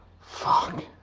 Fuck